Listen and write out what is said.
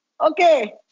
Okay